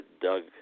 Doug